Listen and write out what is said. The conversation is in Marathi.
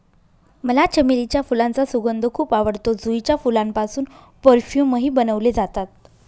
मला चमेलीच्या फुलांचा सुगंध खूप आवडतो, जुईच्या फुलांपासून परफ्यूमही बनवले जातात